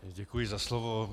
Děkuji za slovo.